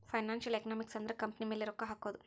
financial economics ಅಂದ್ರ company ಮೇಲೆ ರೊಕ್ಕ ಹಕೋದು